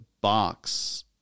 box